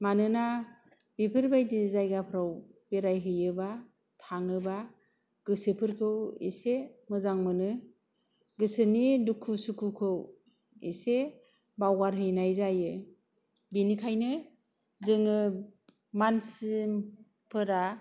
मानोना बेफोरबादि जायगाफोराव बेरायहैयोबा थाङोबा गोसोफोरखौ एसे मोजां मोनो गोसोनि दुखु सुखुखौ एसे बावगारहैनाय जायो बेनिखायो जोङो मानसिफोरा